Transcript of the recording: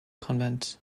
convent